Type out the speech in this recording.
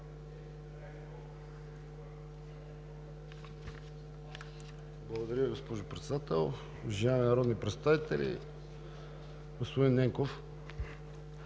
Благодаря Ви, госпожо Председател. Уважаеми народни представители! Господин Ненков,